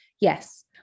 yes